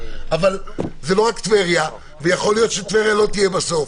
אבל זאת לא רק טבריה ויכול להיות שטבריה לא תהיה בסוף,